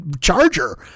Charger